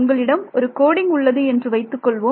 உங்களிடம் ஒரு கோடிங் உள்ளது என்று வைத்துக்கொள்வோம்